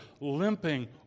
limping